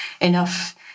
enough